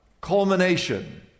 Culmination